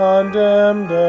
Condemned